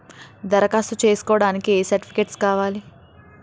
దరఖాస్తు చేస్కోవడానికి ఏ సర్టిఫికేట్స్ కావాలి?